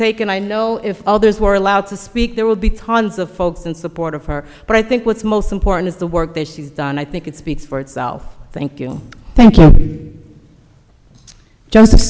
take and i know if others were allowed to speak there will be tons of folks in support of her but i think what's most important is the work that she's done i think it speaks for itself thank you thank you